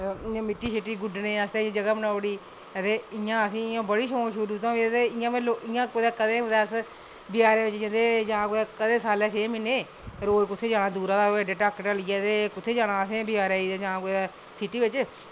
इं'या मिट्टी गुड्डनै आस्तै जगह बनाई ओड़ी ते इं'या असेंगी बड़ी शौक शुरू दा गै इं'या इं''या कदें कुदै गै अस बाजारै बिच जंदे कदें कुदै सालै बिच रोज़ कुत्थें जाना ओह् दूरा दा ढक्क ढलियै गै ते कुत्थै जाना असें बजारै गी ते जां सिटी बिच